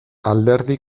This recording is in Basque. alderdi